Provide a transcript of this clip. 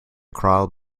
crawl